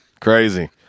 crazy